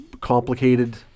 complicated